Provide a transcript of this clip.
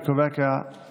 אני קובע כי הסעיף,